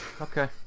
Okay